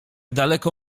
daleko